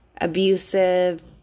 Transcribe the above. abusive